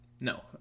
No